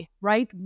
right